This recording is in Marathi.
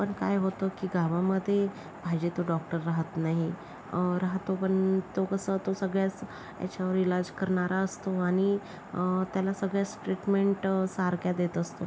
पण काय होतं की गावामध्ये पाहिजे तो डॉक्टर रहात नाही राहतो पण तो कसं तो सगळ्याच याच्यावर इलाज करणारा असतो आणि त्याला सगळ्याच ट्रीटमेंट सारख्या देत असतो